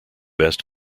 best